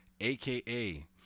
aka